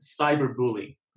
cyberbullying